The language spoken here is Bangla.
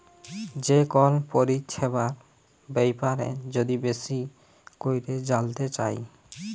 যে কল পরিছেবার ব্যাপারে যদি বেশি ক্যইরে জালতে চায়